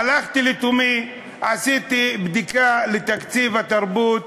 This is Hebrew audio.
הלכתי לתומי ועשיתי בדיקה של תקציב התרבות